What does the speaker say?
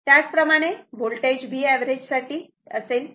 त्याचप्रमाणे voltage V average साठी असेल